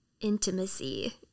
intimacy